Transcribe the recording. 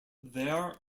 there